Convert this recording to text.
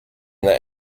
that